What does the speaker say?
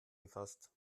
gefasst